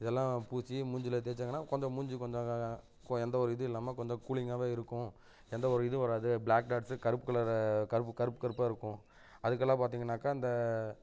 இதெல்லாம் பூசி மூஞ்சியில் தேய்ச்சாங்கன்னா கொஞ்சம் மூஞ்சி கொஞ்சம் கொ எந்த ஒரு இதுவும் இல்லாமல் கொஞ்சம் கூலிங்காகவே இருக்கும் எந்த ஒரு இதுவும் வராது ப்ளாக் டாட்ஸு கருப்பு கலரு கருப்பு கருப்பு கருப்பாக இருக்கும் அதுக்கெல்லாம் பார்த்திங்கன்னாக்கா அந்த